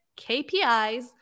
KPIs